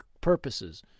purposes